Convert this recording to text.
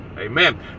amen